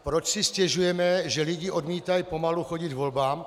Proč si stěžujeme, že lidi odmítají pomalu chodit k volbám?